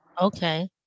Okay